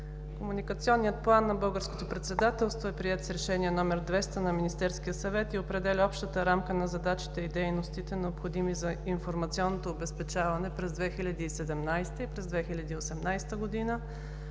Комуникационният план на българското председателство е приет с Решение № 200 на Министерския съвет и определя общата рамка на задачите и дейностите, необходими за информационното обезпечаване през 2017 и през 2018 г. на